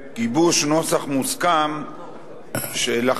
וגיבוש נוסח מוסכם בוועדה,